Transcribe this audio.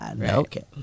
Okay